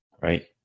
right